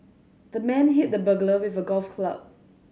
the man hit the burglar with a golf club